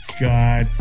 god